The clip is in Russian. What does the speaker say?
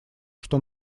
что